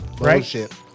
Right